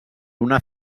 una